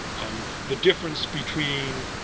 um the difference between